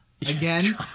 again